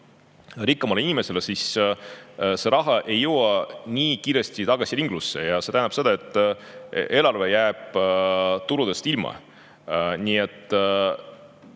rikkamale inimesele, siis see raha ei jõua nii kiiresti tagasi ringlusse, mis tähendab seda, et eelarve jääb tulust ilma. Nii et